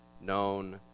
known